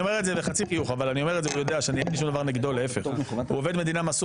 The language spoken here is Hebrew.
ופותח פתח להשחתה של כל המערכת